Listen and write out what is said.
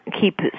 keep